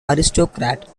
aristocrat